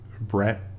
Brett